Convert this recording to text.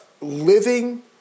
living